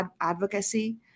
advocacy